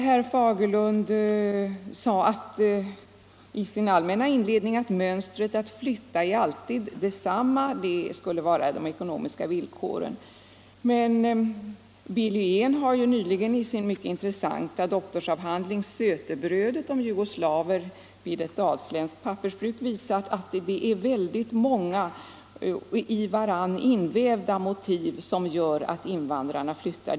Herr Fagerlund sade i sin allmänna inledning att flyttmönstret alltid är detsamma. Det skulle vara de ekonomiska villkoren som är avgörande. Men Billy Ehn har i sin mycket intressanta doktorsavhandling Sötebrödet, om jugoslaver vid ett dalsländskt pappersbruk, visat att det är ett stort antal i varandra invävda motiv bakom invandrarnas beslut att flytta.